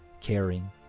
caring